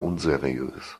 unseriös